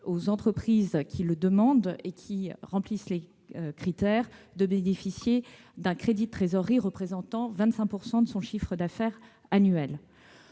aux entreprises le demandant et remplissant les critères de bénéficier d'un crédit de trésorerie qui représente 25 % de leur chiffre d'affaires annuel.